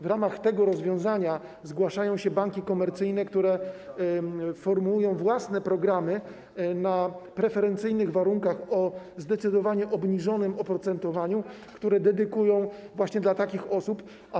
W ramach tego rozwiązania zgłaszają się banki komercyjne, które formułują własne programy na preferencyjnych warunkach, o zdecydowanie obniżonym oprocentowaniu, które dedykują właśnie takim osobom.